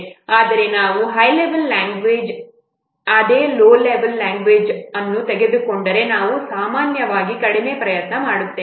ಆದರೆ ನಾವು high level language ಆದ ಲೋ ಲೆವೆಲ್ ಲ್ಯಾಂಗ್ವೇಜ್ ಅನ್ನು ತೆಗೆದುಕೊಂಡರೆ ನಾವು ಸಾಮಾನ್ಯವಾಗಿ ಕಡಿಮೆ ಪ್ರಯತ್ನವನ್ನು ಮಾಡುತ್ತೇವೆ